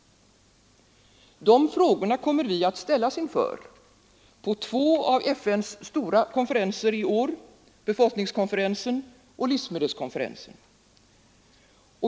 De frågorna kommer vi att ställas inför på två av FN:s stora konferenser i år, befolkningskonferensen och livsmedelkonferensen.